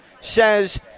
says